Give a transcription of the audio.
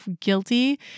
guilty